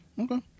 Okay